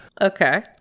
Okay